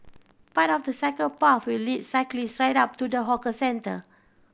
part of the cycle path will lead cyclist right up to the hawker centre